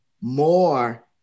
more